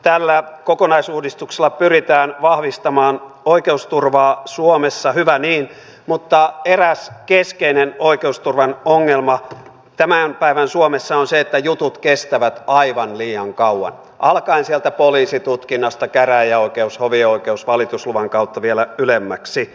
tällä kokonaisuudistuksella pyritään vahvistamaan oikeusturvaa suomessa hyvä niin mutta eräs keskeinen oikeusturvan ongelma tämän päivän suomessa on se että jutut kestävät aivan liian kauan alkaen sieltä poliisitutkinnasta käräjäoikeus hovioikeus valitusluvan kautta vielä ylemmäksi